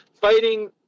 fighting